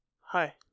hi